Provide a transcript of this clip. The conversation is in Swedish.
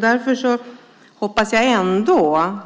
Därför hoppas jag